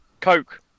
coke